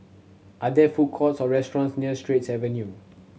are there food courts or restaurants near Straits View